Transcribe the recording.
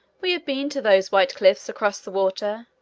we have been to those white cliffs across the water,